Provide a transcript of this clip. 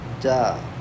duh